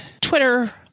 twitter